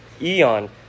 Eon